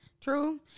True